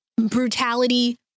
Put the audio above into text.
brutality